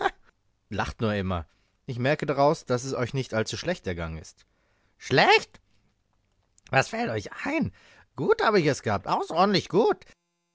lacht nur immer ich merke daraus daß es euch nicht allzu schlecht ergangen ist schlecht was fällt euch ein gut habe ich es gehabt außerordentlich gut